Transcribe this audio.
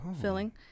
filling